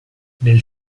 nel